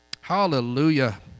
Hallelujah